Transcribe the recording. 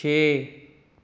ਛੇ